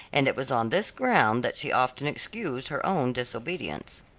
and it was on this ground that she often excused her own disobedience.